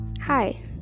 Hi